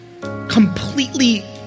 completely